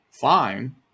fine